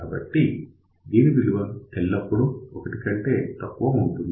కాబట్టి దీని విలువ ఎప్పుడూ 1 కంటే తక్కువ ఉంటుంది